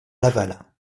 laval